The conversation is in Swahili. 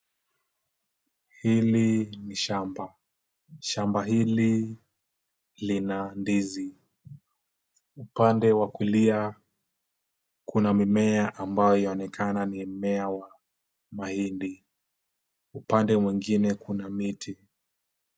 Hili ni shamba. Shamba hili lina ndizi. Upande wa kulia, kuna mimea ambayo yaonekana ni mmea wa mahindi. Upande mwingine, kuna miti.